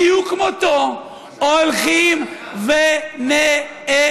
בדיוק כמותו, הולכים ונעלמים.